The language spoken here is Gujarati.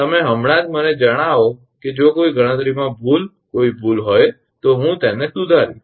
તમે હમણાં જ મને જણાવો કે જો કોઈ ગણતરીમાં ભૂલ કોઈ ભૂલ હોય તો હું તેને સુધારીશ